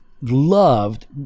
loved